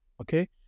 okay